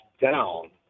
down